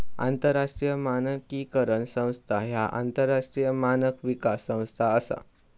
आंतरराष्ट्रीय मानकीकरण संस्था ह्या आंतरराष्ट्रीय मानक विकास संस्था असा